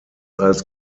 als